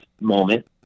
moment